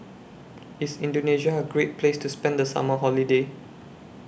IS Indonesia A Great Place to spend The Summer Holiday